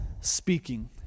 speaking